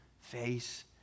face